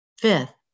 Fifth